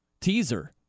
teaser